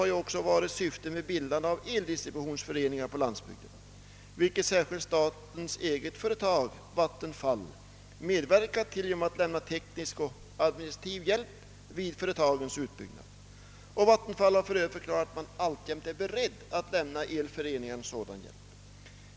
Det är också anledningen till bildandet av = eldistributionsför eningar på landsbygden, vilket särskilt statens eget företag, vattenfallsverket, har medverkat till genom att lämna teknisk och administrativ hjälp vid företagens utbyggnad. Vattenfallsverket har för övrigt förklarat att man alltjämt är beredd att lämna elföreningarna sådan hjälp.